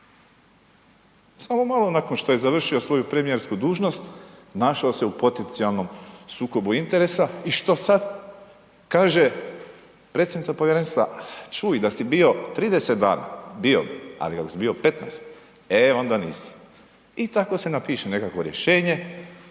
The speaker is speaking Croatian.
samo malo nakon što je završio svoju premijersku dužnost našao se u potencijalnom sukobu interesa i što sad, kaže predsjednica povjerenstva čuj da si bio 30 dana bio bi, ali ako si bio 15, e onda nisi i tako se napiše nekakvo rješenje,